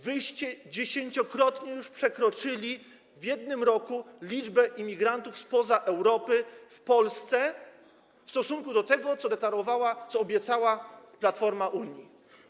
Wy już dziesięciokrotnie przekroczyliście w jednym roku liczbę imigrantów spoza Europy w Polsce w stosunku do tego, co deklarowała, co obiecała Platforma Unii.